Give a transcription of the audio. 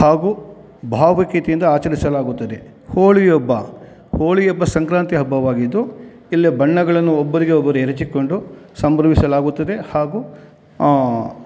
ಹಾಗೂ ಭಾವೈಕ್ಯತೆಯಿಂದ ಆಚರಿಸಲಾಗುತ್ತದೆ ಹೋಳಿ ಹಬ್ಬ ಹೋಳಿ ಹಬ್ಬ ಸಂಕ್ರಾಂತಿ ಹಬ್ಬವಾಗಿದ್ದು ಇಲ್ಲಿ ಬಣ್ಣಗಳನ್ನು ಒಬ್ಬರಿಗೆ ಒಬ್ಬರು ಎರಚಿಕೊಂಡು ಸಂಭ್ರಮಿಸಲಾಗುತ್ತದೆ ಹಾಗೂ